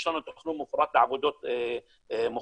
יש לנו תכנון מפורט בעבודות מוכן,